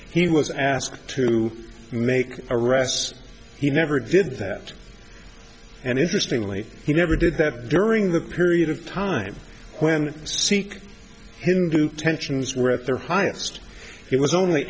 he was asked to make arrests he never did that and interestingly he never did that during the period of time when sikh hindu tensions were at their highest it was only